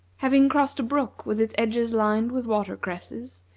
having crossed a brook with its edges lined with water-cresses,